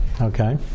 okay